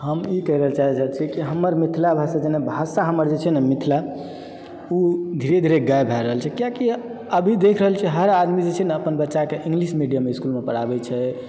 हम ई कहय ल चाहि रहल छी कि हमर मिथिला भाषा जेना भाषा हमर जे छै नऽ मिथिला ओ धीरे धीरे गायब भए रहल छै किआकि अभी देख रहल छी हर आदमी जे छै न अपन बच्चाके इंग्लिश मीडियम इस्कूलमे पढ़ाबय छै